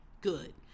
good